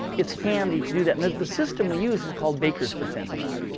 it's handy to do that. and the system we use is called baker's percentages.